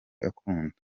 akunda